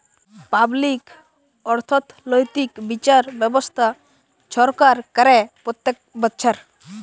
public অথ্থলৈতিক বিচার ব্যবস্থা ছরকার ক্যরে প্যত্তেক বচ্ছর